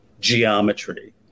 geometry